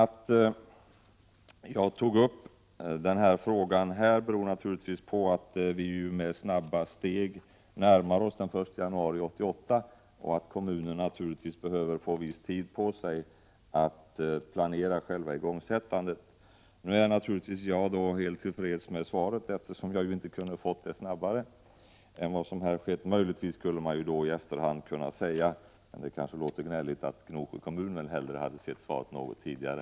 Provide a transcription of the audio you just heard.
Att jag tog upp denna fråga här beror naturligtvis på att vi med snabba steg närmar oss den 1 januari 1988 och att kommunen naturligtvis behöver få viss tid på sig att planera själva igångsättandet. Nu är jag helt till freds med svaret, eftersom jag inte kunde ha fått det snabbare än vad som har skett. Möjligtvis skulle jag i efterhand kunna säga, men det kanske låter gnälligt, att Gnosjö kommun hellre hade sett svaret något tidigare.